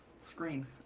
screen